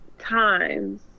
times